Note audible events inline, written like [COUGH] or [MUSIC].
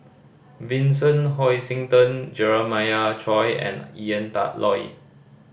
Vincent Hoisington Jeremiah Choy and Ian [UNINTELLIGIBLE] Loy